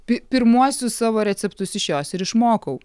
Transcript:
pi pirmuosius savo receptus iš jos ir išmokau